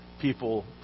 people